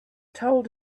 told